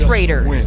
Raiders